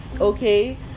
okay